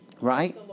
right